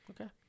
Okay